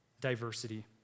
diversity